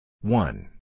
One